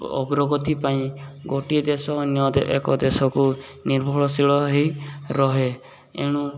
ଅଗ୍ରଗତି ପାଇଁ ଗୋଟିଏ ଦେଶ ଅନ୍ୟ ଏକ ଦେଶକୁ ନିର୍ଭଳଶୀଳ ହୋଇ ରହେ ଏଣୁ